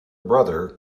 brother